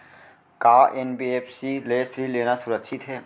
का एन.बी.एफ.सी ले ऋण लेना सुरक्षित हे?